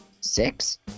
Six